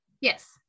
Yes